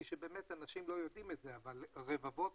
יודעים אבל רבבות